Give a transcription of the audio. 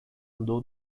andou